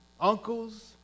Uncles